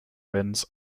winds